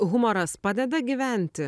humoras padeda gyventi